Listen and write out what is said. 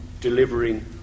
delivering